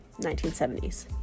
1970s